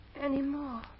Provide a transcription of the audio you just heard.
Anymore